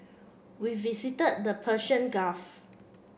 we visited the Persian Gulf